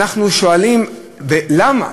אנחנו שואלים: למה?